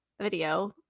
video